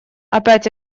опять